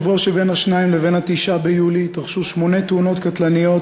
בשבוע שבין 2 לבין 9 ביולי התרחשו שמונה תאונות קטלניות,